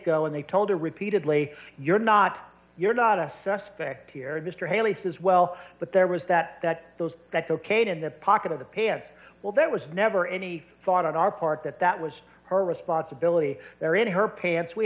go and they told her repeatedly you're not you're not a suspect here mr haley says well but there was that those that cocaine in the pocket of the piano well that was never any thought on our part that that was our responsibility there in her pants we